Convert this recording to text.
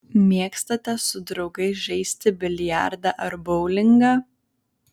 mėgstate su draugais žaisti biliardą ar boulingą